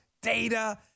data